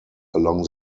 along